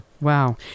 Wow